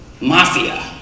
Mafia